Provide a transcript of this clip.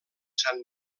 sant